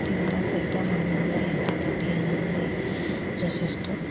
তিনিটা চাৰিটা মানুহ হ'লে এটা পাতি হাঁহে যথেষ্ট